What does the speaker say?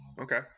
Okay